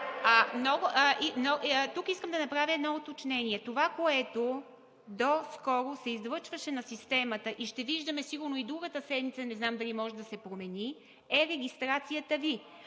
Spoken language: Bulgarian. Тук искам да направя едно уточнение – това, което доскоро се излъчваше на системата и ще виждаме сигурно и другата седмица, не знам дали може да се промени, е регистрацията Ви,